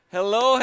Hello